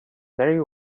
very